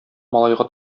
малайга